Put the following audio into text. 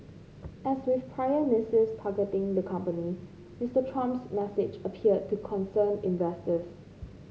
as with prior missives targeting the company Mister Trump's message appeared to concern investors